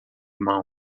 mão